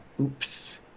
oops